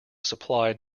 supply